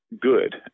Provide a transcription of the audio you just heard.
good